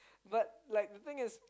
but like the thing is